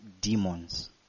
demons